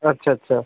আচ্ছা আচ্ছা